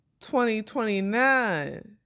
2029